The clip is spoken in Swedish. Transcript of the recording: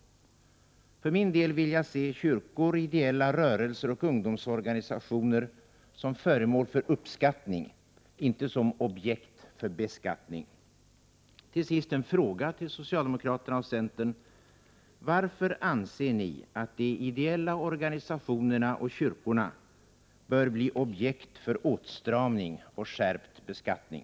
För min del vill jag se kyrkor, ideella rörelser och ungdomsorganisationer som föremål för uppskattning, inte som objekt för beskattning. Till sist en fråga till socialdemokraterna och centern: Varför anser ni att de ideella organisationerna och kyrkorna bör bli objekt för åtstramning och skärpt beskattning?